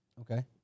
Okay